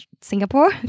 Singapore